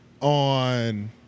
on